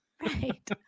right